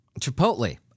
Chipotle